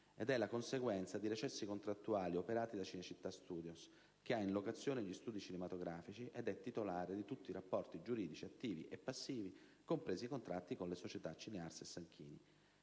ed è la conseguenza di recessi contrattuali operati da Cinecittà Studios, che ha in locazione gli studi cinematografici ed è titolare di tutti i rapporti giuridici attivi e passivi, compresi i contratti con le società Cinears e Sanchini.